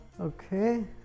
okay